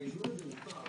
שהאיזון הזה מופר.